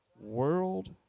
World